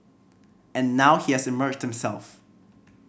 and now he has emerged himself